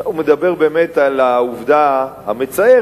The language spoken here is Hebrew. הוא מדבר באמת על העובדה המצערת